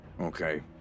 Okay